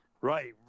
right